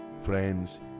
Friends